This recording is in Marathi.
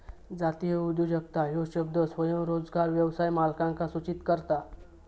जातीय उद्योजकता ह्यो शब्द स्वयंरोजगार व्यवसाय मालकांका सूचित करता